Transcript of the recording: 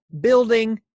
building